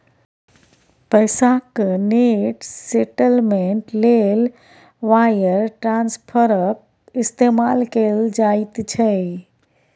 पैसाक net settlement लेल wire ट्रांस्फरक इस्तेमाल कएल जाइत छै